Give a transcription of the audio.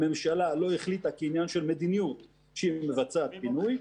הממשלה לא החליטה כעניין של מדיניות שהיא מבצעת פינוי,